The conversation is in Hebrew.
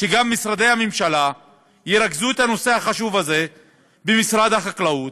וגם משרדי הממשלה ירכזו את הנושא החשוב הזה במשרד החקלאות,